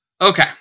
Okay